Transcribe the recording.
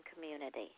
community